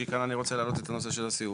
כי כאן אני רוצה לעלות את הנושא של הסיעוד,